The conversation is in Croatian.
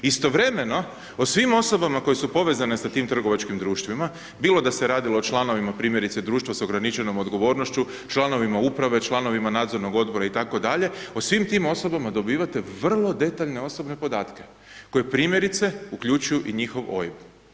Istovremeno, o svim osobama koje su povezane sa tim trgovačkim društvima, bilo da se radilo o članovima, primjerice, društva s ograničenom odgovornošću, članovima uprave, članovima Nadzornog Odbora itd., o svim tim osobama dobivate vrlo detaljne osobne podatke koje primjerice, uključuju i njihov OIB.